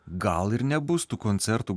gal ir nebus tų koncertų